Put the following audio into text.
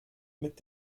mit